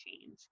change